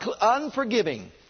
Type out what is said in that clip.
unforgiving